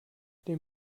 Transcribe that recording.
den